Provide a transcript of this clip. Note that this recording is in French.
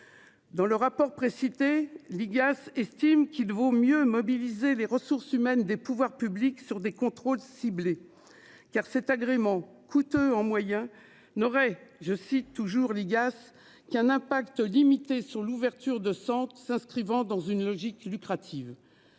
Dans le rapport précité. L'IGAS estime qu'il vaut mieux mobiliser les ressources humaines, des pouvoirs publics sur des contrôles ciblés. Car cet agrément coûteux en moyens n'aurait, je cite toujours l'IGAS. Qu'un impact limité sur l'ouverture de centres s'inscrivant dans une logique lucrative.